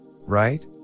right